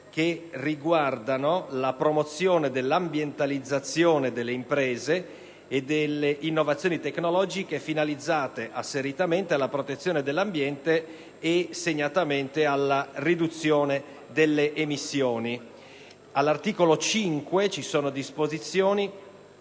misure per la promozione dell'ambientalizzazione delle imprese e delle innovazioni tecnologiche, finalizzate specificamente alla protezione dell'ambiente e segnatamente alla riduzione delle emissioni. L'articolo 5 si riferisce poi